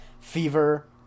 fever